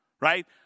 right